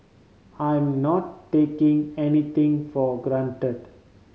I am not taking anything for granted